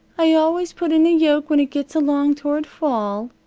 i always put in a yoke when it gets along toward fall.